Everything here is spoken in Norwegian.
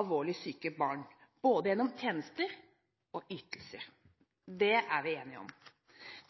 alvorlig syke barn, både gjennom tjenester og ytelser. Det er vi enige om.